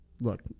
Look